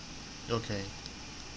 okay